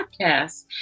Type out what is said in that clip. podcast